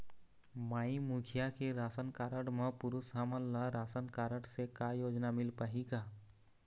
माई मुखिया के राशन कारड म पुरुष हमन ला रासनकारड से का योजना मिल पाही का?